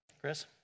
Chris